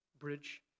bridge